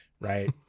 right